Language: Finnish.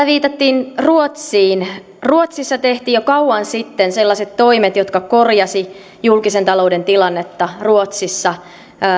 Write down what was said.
viitattiin ruotsiin ruotsissa tehtiin jo kauan sitten sellaiset toimet jotka korjasivat julkisen talouden tilannetta ruotsissa